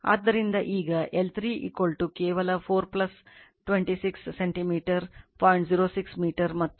ಆದ್ದರಿಂದ ಈಗ L3 ಕೇವಲ 4 2 6 ಸೆಂಟಿಮೀಟರ್ 0